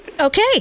Okay